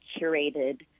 curated